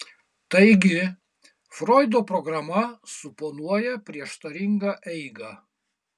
taigi froido programa suponuoja prieštaringą eigą